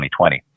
2020